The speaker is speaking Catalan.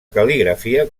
cal·ligrafia